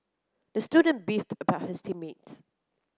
the student beefed about his team mates